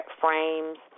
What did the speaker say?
frames